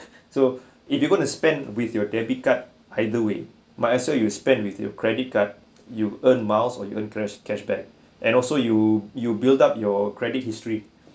so if you want to spend with your debit card either way but also you spend with your credit card you earn miles or you interest cras~ cash back and also you you build up your credit history